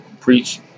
preach